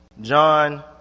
John